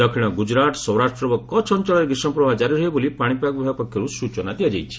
ଦକ୍ଷିଣ ଗୁଜରାଟ୍ ସୌରାଷ୍ଟ୍ର ଏବଂ କଚ୍ଛ ଅଞ୍ଚଳରେ ଗ୍ରୀଷ୍କପ୍ରବାହ କାରି ରହିବ ବୋଲି ପାଣିପାଗ ବିଭାଗ ପକ୍ଷରୁ ସ୍ୱଚନା ଦିଆଯାଇଛି